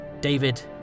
David